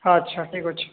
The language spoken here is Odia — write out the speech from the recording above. ଆଚ୍ଛା ଠିକ୍ ଅଛି